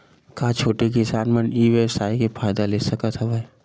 का छोटे किसान मन ई व्यवसाय के फ़ायदा ले सकत हवय?